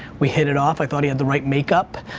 we hit it off. i thought he had the right make up.